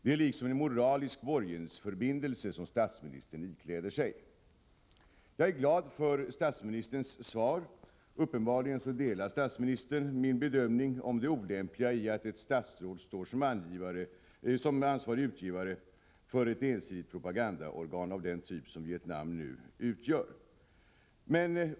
Det är liksom en moralisk borgensförbindelse som statsministern ikläder sig.” Jag är glad för statsministerns svar. Uppenbarligen delar statsministern min uppfattning om det olämpliga i att ett statsråd står som ansvarig utgivare för ett ensidigt propagandaorgan av den typ som Vietnam nu tillhör.